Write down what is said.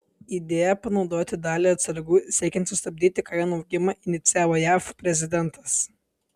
idėją panaudoti dalį atsargų siekiant sustabdyti kainų augimą inicijavo jav prezidentas